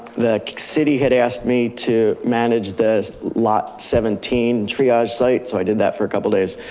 the city had asked me to manage this lot seventeen triage site. so i did that for a couple days.